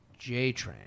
JTrain